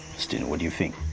faustino, what do you think?